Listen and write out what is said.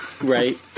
Right